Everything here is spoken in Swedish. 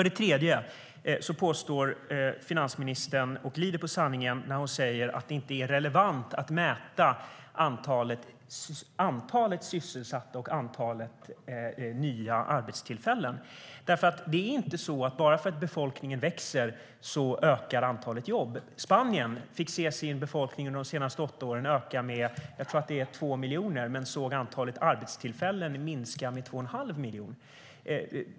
Den tredje punkten är att finansminister påstår, och glider på sanningen när hon säger, att det inte är relevant att mäta antalet sysselsatta och antalet nya arbetstillfällen. Antalet jobb ökar inte bara för att befolkningen växer. Spaniens befolkning har ökat med 2 miljoner, tror jag att det är, under de senaste åtta åren, men antalet arbetstillfällen har minskat med 2 1⁄2 miljon.